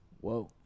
Whoa